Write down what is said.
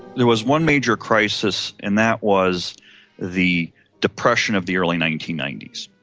there was one major crisis, and that was the depression of the early nineteen ninety s.